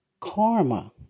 karma